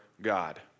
God